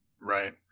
Right